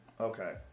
Okay